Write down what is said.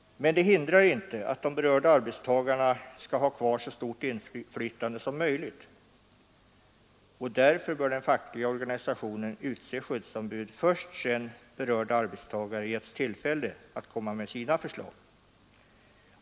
Men det hindrar inte att de berörda arbetstagarna skall ha kvar så stort inflytande som möjligt. Därför bör den fackliga organisationen utse skyddsombud först sedan berörda arbetstagare getts tillfälle att komma med sina förslag.